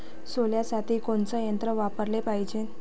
सोल्यासाठी कोनचं यंत्र वापराले पायजे?